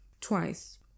Twice